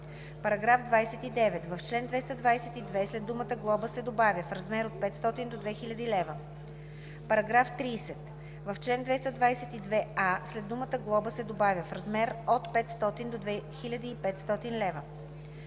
лв.“. § 29. В чл. 222 след думата „глоба“ се добавя „в размер от 500 до 2000 лв.“. § 30. В чл. 222а след думата „глоба“ се добавя „в размер от 500 до 2500 лв.“.